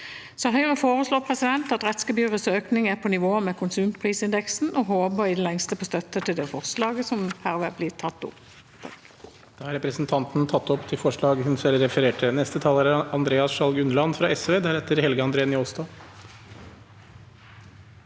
Høyre foreslår at rettsgebyrets økning er på nivå med konsumprisindeksen og håper i det lengste på støtte til dette forslaget, som herved blir tatt opp.